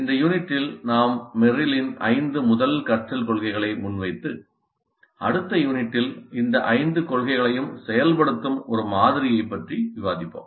இந்த யூனிட்டில் நாம் மெர்ரிலின் ஐந்து முதல் கற்றல் கொள்கைகளை முன்வைத்து அடுத்த யூனிட்டில் இந்த ஐந்து கொள்கைகளையும் செயல்படுத்தும் ஒரு மாதிரியைப் பற்றி விவாதிப்போம்